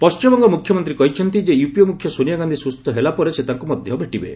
ପଣ୍ଠିମବଙ୍ଗ ମ୍ରଖ୍ୟମନ୍ତ୍ରୀ କହିଛନ୍ତି ଯେ ୟୂପିଏ ମ୍ରଖ୍ୟ ସୋନିଆ ଗାନ୍ଧୀ ସ୍ୱସ୍ଥ ହେଲା ପରେ ସେ ତାଙ୍କୁ ମଧ୍ୟ ଭେଟିବେ